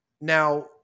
now